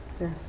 yes